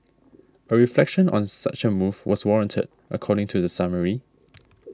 a reflection on such a move was warranted according to the summary